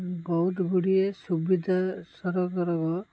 ବହୁତ ଗୁଡ଼ିଏ ସୁବିଧା ସରକାରର